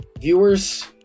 viewers